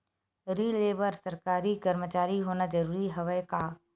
ऋण ले बर सरकारी कर्मचारी होना जरूरी हवय का?